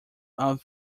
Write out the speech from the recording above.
out